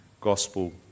gospel